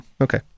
okay